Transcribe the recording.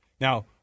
Now